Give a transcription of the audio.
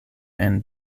and